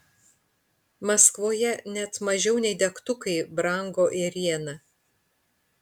maskvoje net mažiau nei degtukai brango ėriena